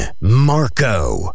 Marco